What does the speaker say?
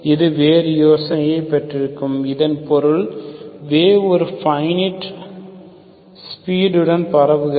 இது வேறு யோசனை பெற்றிருக்கும் இதன் பொருள் வேவ் ஒரு பைனிட் ஸ்பீட் உடன் பரவுகிறது